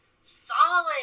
solid